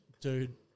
Dude